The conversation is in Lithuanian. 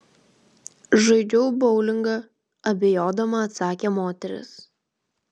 žaidžiau boulingą abejodama atsakė moteris